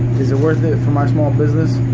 is it worth it for my small business,